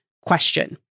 question